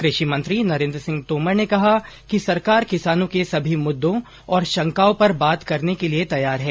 कृषि मंत्री नरेन्द्र सिंह तोमर ने कहा है कि सरकार किसानों के सभी मुद्दों और शंकाओं पर बात करने के लिए तैयार है